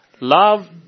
Love